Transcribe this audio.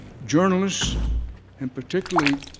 journalists and particularly